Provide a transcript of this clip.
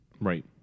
right